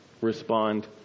respond